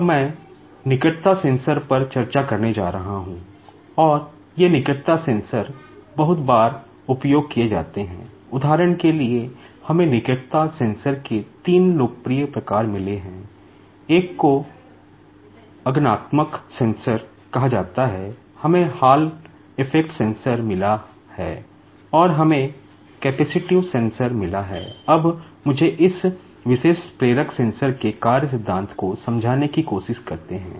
अब मैं proximity sensor के कार्य सिद्धांत को समझाने की कोशिश करते हैं